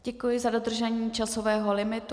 Děkuji za dodržení časového limitu.